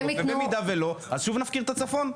ובמידה שלא, אז שוב נפקיר את הצפון?